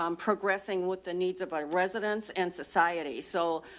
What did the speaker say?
um progressing with the needs of our residents and society. so,